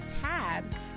tabs